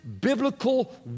biblical